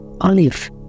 olive